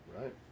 Right